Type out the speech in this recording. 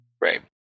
Right